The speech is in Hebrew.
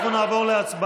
חברי הכנסת.